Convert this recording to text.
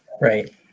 Right